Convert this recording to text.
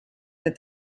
that